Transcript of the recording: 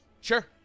Sure